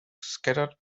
scattered